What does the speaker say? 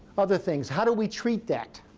other things how do we treat that?